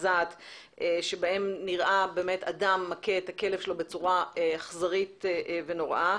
מזעזעים שבהם נראה אדם מכה את הכלב שלו בצורה אכזרית ונוראה.